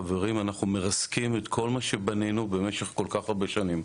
חברים אנחנו מרסקים את כל מה שבנינו כל כך הרבה שנים,